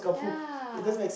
yeah